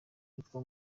witwa